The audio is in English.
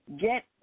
get